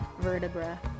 vertebra